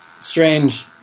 strange